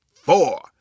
four